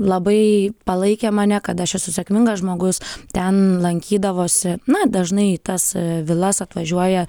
labai palaikė mane kad aš esu sėkmingas žmogus ten lankydavosi na dažnai į tas vilas atvažiuoja